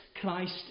Christ